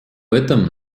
этом